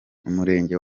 umurenge